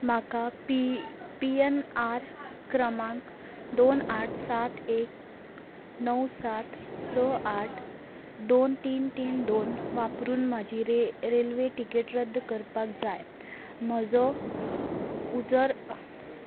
म्हाका P P N R क्रमांक दोन आठ सात एक णव सात स आठ दोन तीन तीन दोन वापरून म्हजी रेल्वे तिकेट रद्द करपाक जाय म्हजो उजर